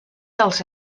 dels